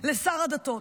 לשר הדתות.